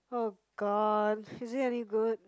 oh god is it any good